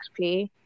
XP